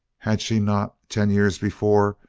had she not, ten years before,